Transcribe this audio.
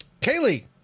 Kaylee